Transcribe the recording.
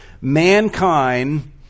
mankind